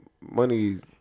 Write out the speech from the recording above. money's